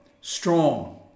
strong